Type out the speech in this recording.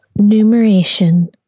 Numeration